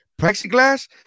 plexiglass